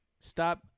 Stop